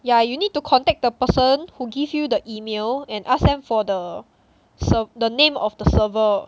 yeah you need to contact the person who give you the email and ask them for the ser~ the name of the server